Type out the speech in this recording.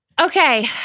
Okay